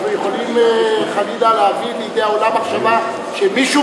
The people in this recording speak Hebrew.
אנחנו יכולים חלילה להביא את העולם לידי מחשבה שמישהו,